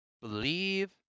believe